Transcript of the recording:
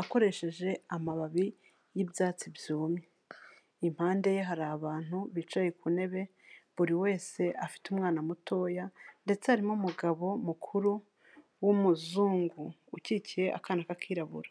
akoresheje amababi y'ibyatsi byumye, impande ye hari abantu bicaye ku ntebe, buri wese afite umwana mutoya ndetse harimo umugabo mukuru w'umuzungu, ukikiye akana k'akirabura.